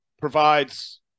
provides